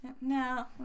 No